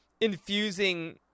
infusing